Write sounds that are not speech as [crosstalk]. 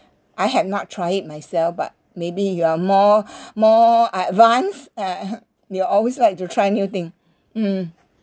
I have not try it myself but maybe you are more [breath] more advance uh [coughs] you are always like to try new thing mm